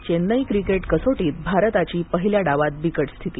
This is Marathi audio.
चेन्नई क्रिकेट कसोटीत भारताची पहिल्या डावात बिकट स्थिती